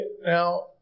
now